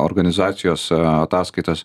organizacijos ataskaitas